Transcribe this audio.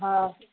हँ